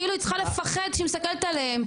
כאילו היא צריכה לפחד כשהיא מסתכלת עליהם.